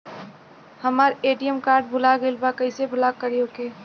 हमार ATM card भूला गईल बा कईसे ब्लॉक करी ओके?